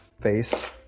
face